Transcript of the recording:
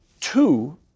Two